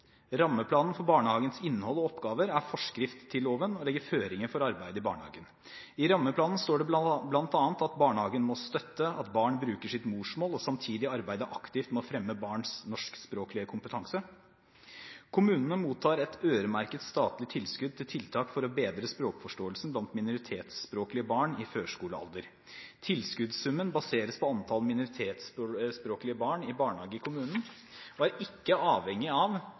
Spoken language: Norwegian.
Rammeplanen for barnehagens innhold og oppgaver er forskrift til loven og legger føringer for arbeidet i barnehagen. I rammeplanen står det bl.a.: «Barnehagen må støtte at barn bruker sitt morsmål og samtidig arbeide aktivt med å fremme barnas norskspråklige kompetanse.» Kommunene mottar et øremerket statlig tilskudd til tiltak for å bedre språkforståelsen blant minoritetsspråklige barn i førskolealder. Tilskuddssummen baseres på antall minoritetsspråklige barn i barnehage i kommunen og er ikke avhengig av